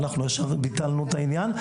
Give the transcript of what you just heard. ואנחנו ישר ביטלנו את העניין.